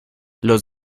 los